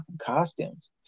costumes